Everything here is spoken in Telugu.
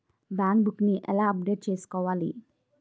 బ్యాంక్ బుక్ నీ ఎలా అప్డేట్ చేసుకోవాలి?